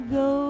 go